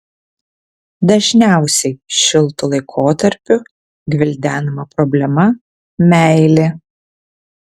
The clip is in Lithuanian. dažniausiai šiltu laikotarpiu gvildenama problema meilė